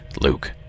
Luke